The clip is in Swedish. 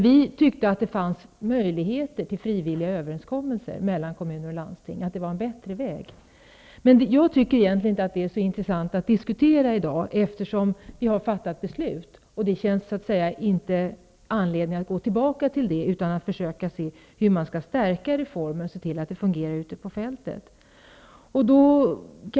Vi tyckte att det fanns möjligheter till frivilliga överenskommelser mellan kommuner och landsting. Men jag tycker egentligen inte att det här är så intressant att diskutera i dag, eftersom vi redan har fattat beslut. Det finns ingen anledning att gå tillbaka, utan i stället skall vi försöka se hur det går att stärka reformen och få den att fungera ute på fältet.